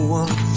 one